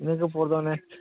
ᱤᱱᱟᱹ ᱠᱚ ᱯᱚᱨ ᱫᱚ ᱚᱱᱮ